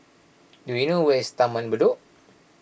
do you know where is Taman Bedok